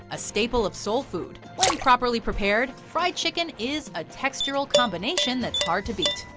a staple of soul food, when properly prepared, fried chicken is a textural combination that's hard to beat.